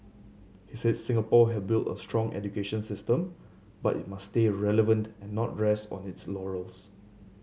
he said Singapore had built a strong education system but it must stay relevant and not rest on its laurels